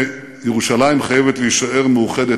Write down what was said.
ירושלים חייבת להישאר מאוחדת,